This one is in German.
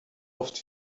oft